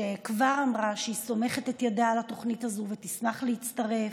שכבר אמרה שהיא סומכת את ידה על התוכנית הזאת ותשמח להצטרף,